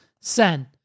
send